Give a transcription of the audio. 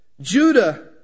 Judah